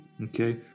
okay